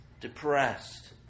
depressed